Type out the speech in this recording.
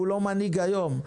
הוא לא מנהיג היום,